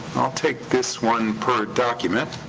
i'll take this one per document,